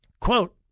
Quote